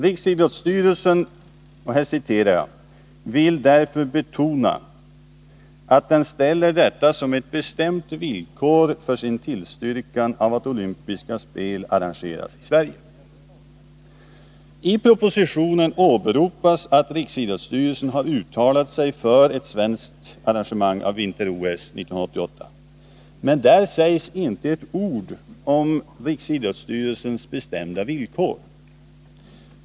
Det heter i uttalandet: ”Riksidrottsstyrelsen vill därför betona att den ställer detta som ett bestämt villkor för sin tillstyrkan av att olympiska spel arrangeras i Sverige.” I propositionen åberopas att riksidrottsstyrelsen har uttalat sig för ett svenskt arrangemang av vinter-OS år 1988. Men där sägs inte ett ord om riksidrottsstyrelsens bestämda villkor.